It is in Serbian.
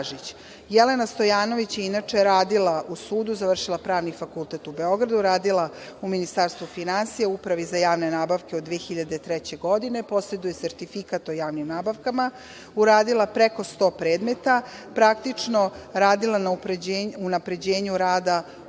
Ražić. Jelena Stojanović je inače radila u sudu, završila Pravni fakultet u Beogradu, radila u Ministarstvu finansija, u Upravi za javne nabavke od 2003. godine, poseduje sertifikat o javnim nabavkama, uradila preko 100 predmeta. Praktično radila na unapređenju rada ove